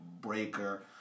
Breaker